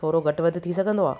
थोरो घटि वधि थी सघंदो आहे